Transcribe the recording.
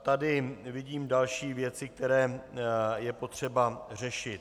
Tady vidím další věci, které je potřeba řešit.